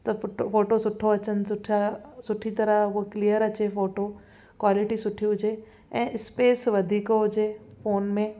त फूट फोटो सुठो अचनि सुठा सुठी तरह उहा क्लीयर अचे फोटो क्वालिटी सुठी हुजे ऐं स्पेस वधीक हुजे फोन में